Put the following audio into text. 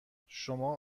شما